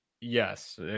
Yes